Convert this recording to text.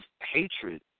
hatred